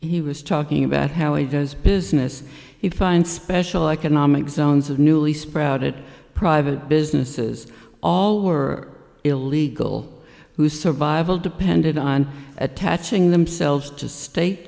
he was talking about how he does business he find special economic zones of newly sprouted private businesses all were illegal who survival depended on attaching themselves to state